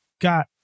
got